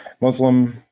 Muslim